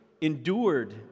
endured